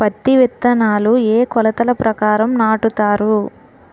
పత్తి విత్తనాలు ఏ ఏ కొలతల ప్రకారం నాటుతారు?